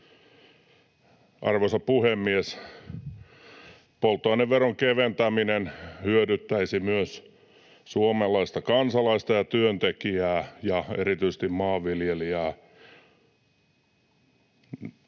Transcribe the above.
Arvoisa puhemies! Polttoaineveron keventäminen hyödyttäisi myös suomalaista kansalaista ja työntekijää ja erityisesti maanviljelijää.